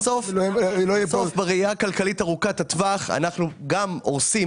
בסוף בראייה הכלכלית ארוכת הטווח אנחנו גם הורסים